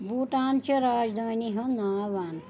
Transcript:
بھوٹان چہِ راج دانۍ ہُند ناو ون